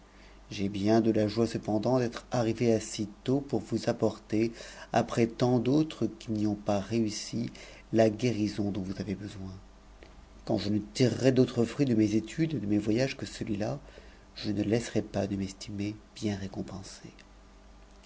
j'ai bien de lajoie cependant d'être armf assez tôt pour vous apporter après tant d'autres qui n'y ont pas réussi la guérison dont vous avez besoin quand je ne tirerais d'autre fruit de mes études et de mes voyages que celui-là je ne laisserais pas de m'estimer bien récompensé